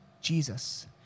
Jesus